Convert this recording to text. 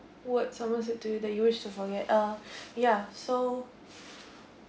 word someone said to you and you wished to forget uh ya so